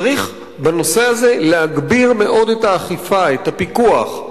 צריך בנושא הזה להגביר מאוד את האכיפה, את הפיקוח,